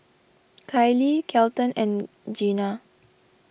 Kylee Kelton and Gena